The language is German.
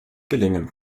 gelingen